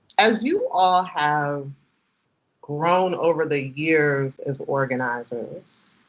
as you all have grown over the years, as organizers,